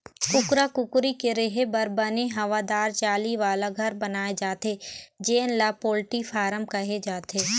कुकरा कुकरी के रेहे बर बने हवादार जाली वाला घर बनाए जाथे जेन ल पोल्टी फारम कहे जाथे